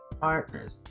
partners